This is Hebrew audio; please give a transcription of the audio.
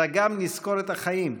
אלא גם נזכור את החיים,